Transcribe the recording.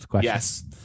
Yes